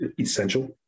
essential